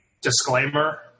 disclaimer